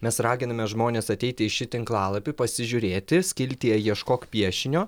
mes raginame žmones ateiti į šį tinklalapį pasižiūrėti skiltyje ieškok piešinio